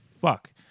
fuck